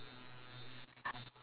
I would either be